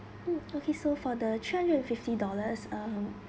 mm okay so for the three hundred and fifty dollars um